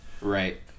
Right